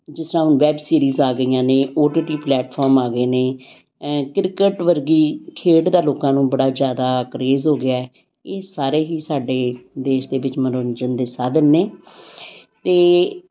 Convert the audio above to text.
ਜਿਸ ਤਰ੍ਹਾਂ ਹੁਣ ਵੈੱਬ ਸੀਰੀਜ਼ ਆ ਗਈਆਂ ਨੇ ਓ ਟੀ ਟੀ ਪਲੈਟਫੋਰਮ ਆ ਗਏ ਨੇ ਕ੍ਰਿਕਟ ਵਰਗੀ ਖੇਡ ਦਾ ਲੋਕਾਂ ਨੂੰ ਬੜਾ ਜ਼ਿਆਦਾ ਕਰੇਜ਼ ਹੋ ਗਿਆ ਹੈ ਇਹ ਸਾਰੇ ਹੀ ਸਾਡੇ ਦੇਸ਼ ਦੇ ਵਿੱਚ ਮਨੋਰੰਜਨ ਦੇ ਸਾਧਨ ਨੇ ਅਤੇ